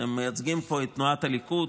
אתם מייצגים פה את תנועת הליכוד,